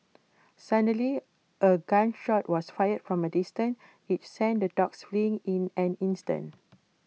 suddenly A gun shot was fired from A distance which sent the dogs fleeing in an instant